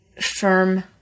firm